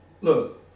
Look